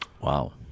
Wow